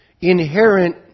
inherent